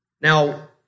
Now